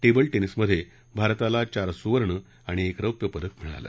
table टेनिसमधे भारताला चार सुवर्ण आणि एक रौप्य पदक मिळालं